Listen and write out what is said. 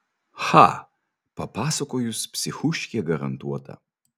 cha papasakojus psichuškė garantuota